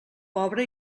pobre